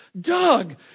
Doug